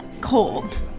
cold